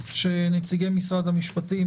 שנציגי משרד המשפטים,